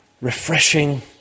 refreshing